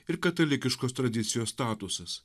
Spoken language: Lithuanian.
ir katalikiškos tradicijos statusas